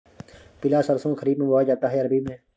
पिला सरसो खरीफ में बोया जाता है या रबी में?